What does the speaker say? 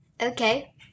Okay